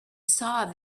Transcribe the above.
saw